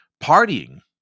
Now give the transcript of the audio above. partying